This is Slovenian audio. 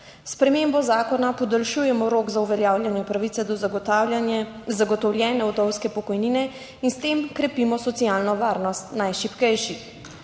spremembo zakona podaljšujemo rok za uveljavljanje pravice do zagotovljene vdovske pokojnine in s tem krepimo socialno varnost najšibkejših.